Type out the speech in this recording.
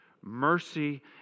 Mercy